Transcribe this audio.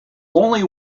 only